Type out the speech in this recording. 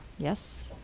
yes.